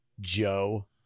Joe